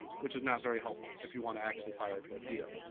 which is not very helpful if you want to actually fire a torpedo.